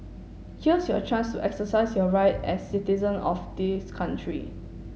here's your chance to exercise your right as citizen of this country